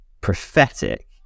prophetic